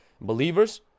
believers